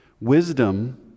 wisdom